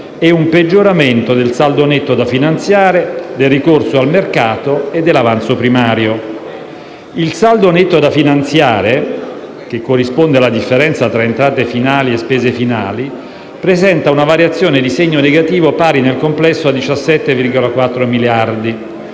e un peggioramento del saldo netto da finanziare, del ricorso al mercato e dell'avanzo primario. Il saldo netto da finanziare (corrisponde alla differenza tra entrate finali e spese finali) presenta una variazione di segno negativo pari nel complesso a 17,4 miliardi,